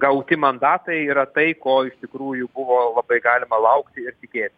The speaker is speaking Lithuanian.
gauti mandatai yra tai ko iš tikrųjų buvo labai galima laukti ir tikėti